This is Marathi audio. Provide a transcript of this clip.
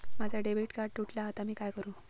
माझा डेबिट कार्ड तुटला हा आता मी काय करू?